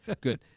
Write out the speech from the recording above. Good